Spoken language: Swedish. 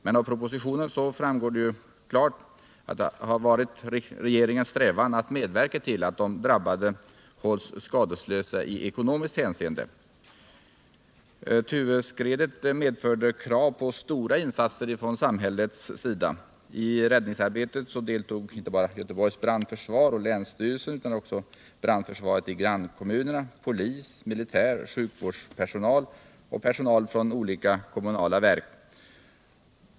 Men av propositionen framgår klart att det har varit regeringens strävan att medverka till att de drabbade hålls skadeslösa I ekonomiskt hänseende. Tuveskredet har medfört krav på stora insatser från samhällets sida. I räddningsarbetet deltog inte bara Göteborgs brandförsvar och länsstyrelsen utan också brandförsvaret i grannkommunerna, polis, militär, sjukvårdspersonal och personal från olika kommunala verk.